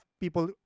people